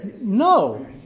no